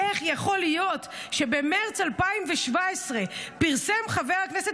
איך יכול להיות שבמרץ 2017 פרסם חבר הכנסת